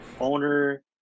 owner –